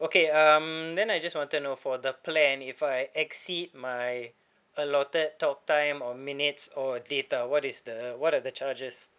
okay um then I just want to know for the plan if I exceed my allotted talk time or minutes or data what is the what are the charges